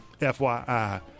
FYI